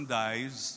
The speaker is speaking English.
dies